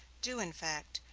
do, in fact,